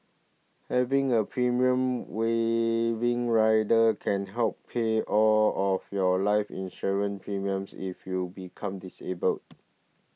having a premium waiving rider can help pay all of your life insurance premiums if you become disabled